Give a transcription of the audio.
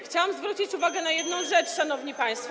Chciałam zwrócić uwagę na jedną rzecz, szanowni państwo.